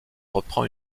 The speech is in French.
reprend